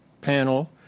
panel